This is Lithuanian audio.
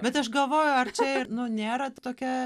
bet aš galvoju ar čia nėra tokia